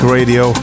Radio